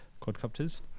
quadcopters